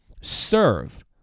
serve